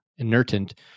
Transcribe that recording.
inertant